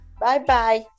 Bye-bye